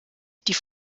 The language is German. die